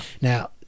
now